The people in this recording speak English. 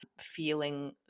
feeling